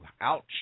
ouch